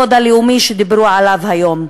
כי אני לא מבינה מה זה הכבוד הלאומי שדיברו עליו היום.